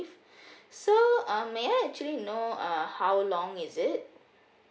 so um may I actually know uh how long is it